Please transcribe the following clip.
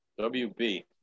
WB